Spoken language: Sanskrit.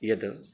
यत्